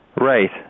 Right